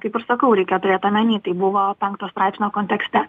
kaip ir sakau reikia turėt omeny tai buvo penkto straipsnio kontekste